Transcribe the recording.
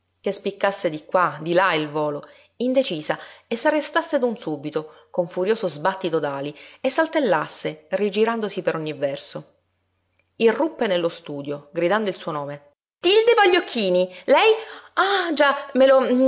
che spiccasse di qua di là il volo indecisa e s'arrestasse d'un subito con furioso sbàttito d'ali e saltellasse rigirandosi per ogni verso irruppe nello studio gridando il suo nome tilde pagliocchini lei ah già me lo